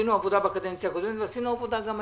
עשינו עבודה בכנסת הקודמת וגם היום.